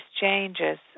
changes